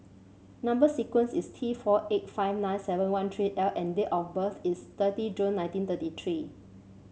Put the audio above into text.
number sequence is T four eight five nine seven one three L and date of birth is thirty June nineteen thirty three